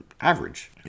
average